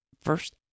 first